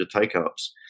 take-ups